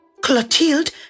Clotilde